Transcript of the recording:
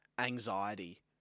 Anxiety